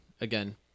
again